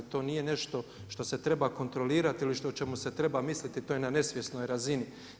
To nije nešto što se treba kontrolirati ili o čemu se treba misliti, to je na nesvjesnoj razini.